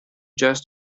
just